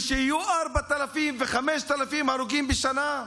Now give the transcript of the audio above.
ושיהיו 4,000 ו-5,000 הרוגים בשנה?